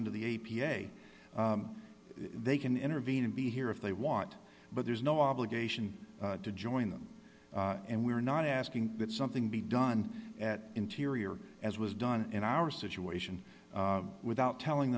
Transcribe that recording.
under the a p a they can intervene and be here if they want but there's no obligation to join them and we are not asking that something be done at interior as was done in our situation without telling